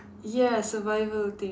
yes survival thing